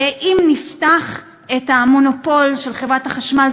אם נפתח את המונופול של חברת החשמל,